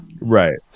Right